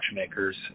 watchmakers